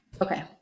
Okay